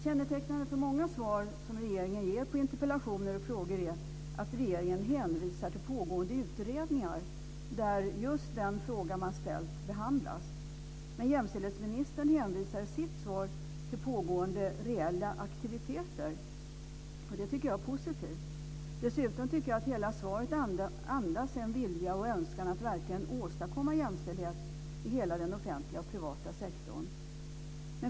Kännetecknande för många svar som regeringen ger på interpellationer och frågor är att regeringen hänvisar till pågående utredningar, där just den fråga man ställt behandlas. Men jämställdhetsministern hänvisar i sitt svar till pågående reella aktiviteter. Det tycker jag är positivt. Dessutom andas hela svaret en vilja och önskan att verkligen åstadkomma jämställdhet i hela den offentliga och privata sektorn.